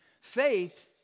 Faith